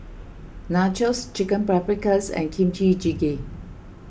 Nachos Chicken Paprikas and Kimchi Jjigae